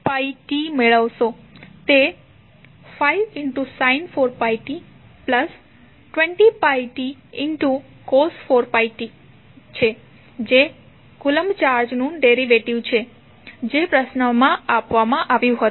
તે 5 sin 4πt 20πt cos 4πt છે જે કૂલમ્બ ચાર્જનું ડેરિવેટિવ છે જે પ્રશ્નમાં આપવામાં આવ્યું હતું